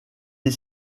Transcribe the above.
est